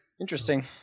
Interesting